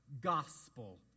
gospel